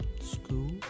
School